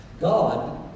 God